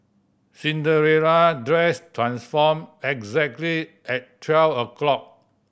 Cinderella dress transformed exactly at twelve o'clock